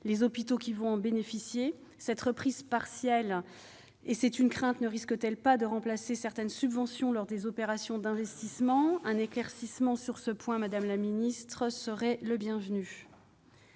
les hôpitaux qui vont en bénéficier. Cette reprise partielle ne risque-t-elle pas de remplacer certaines subventions aux opérations d'investissement ? Un éclaircissement sur ce point, madame la ministre, serait le bienvenu.